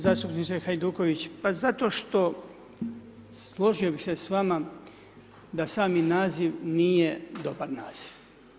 Zastupniče Hajduković, pa zato što, složio bih se s vama da sami naziv nije dobar naziv.